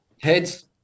Heads